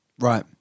Right